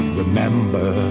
remember